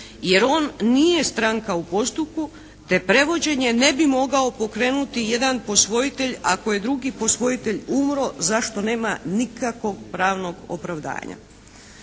jer on nije stranka u postupku te prevođenje ne bi mogao pokrenuti jedan posvojitelj ako je drugi posvojitelj umro za što nema nikakvog pravnog opravdanja.